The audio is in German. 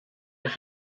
dass